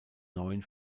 neuen